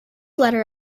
letter